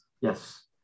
Yes